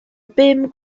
bum